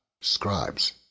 scribes